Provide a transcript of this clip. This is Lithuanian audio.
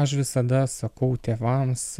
aš visada sakau tėvams